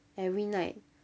every night